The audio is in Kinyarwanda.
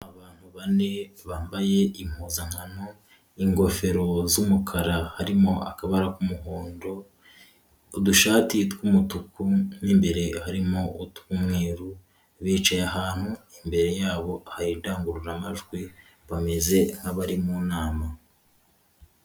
Abantu bane bambaye impuzankano ngofero z'umukara harimo akabara k'umuhondo, ku dushati tw'umutuku n'imbere harimo utw'umweru bicaye ahantu imbere yabo hari indangururamajwi bameze nk'abari mu nama.